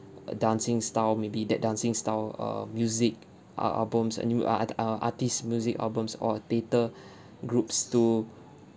uh dancing style maybe that dancing style err music uh albums uh art err artist music albums or theatre groups to